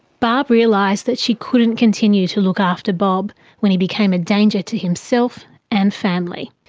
barb realised that she couldn't continue to look after bob when he became a danger to himself and family.